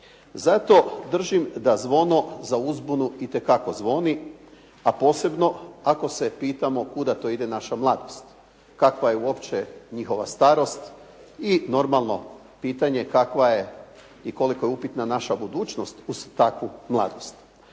Zato držim da zvono za uzbunu itekako zvoni, a posebno ako se pitamo kuda to ide naša mladost? Kakva je uopće njihova starost? I normalno je pitanje kakva je i koliko je upitna naša budućnost uz takvu mladost.